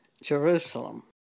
jerusalem